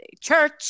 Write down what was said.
church